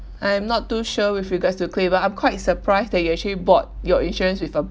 I'm not too sure with regards to claim but I'm quite surprised that you actually bought your insurance with a